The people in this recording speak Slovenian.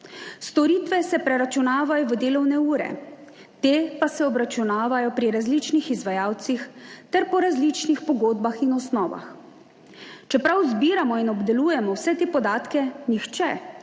Storitve se preračunavajo v delovne ure, te pa se obračunavajo pri različnih izvajalcih ter po različnih pogodbah in osnovah. Čeprav zbiramo in obdelujemo vse te podatke, nihče